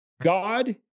God